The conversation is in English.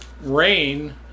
rain